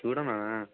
చూడు అన్నా